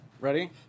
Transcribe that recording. Ready